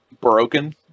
broken